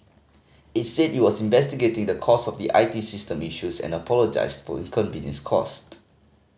it said it was investigating the cause of the I T system issues and apologised for inconvenience caused